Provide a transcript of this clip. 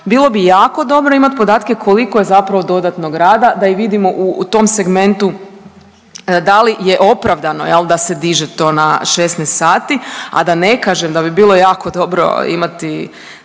bilo bi jako dobro imat podatke koliko je zapravo dodatnog rada da i vidimo u tom segmentu da li je opravdano jel da se diže to na 16 sati, a da ne kažem da bi bilo jako dobro imati